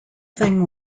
thing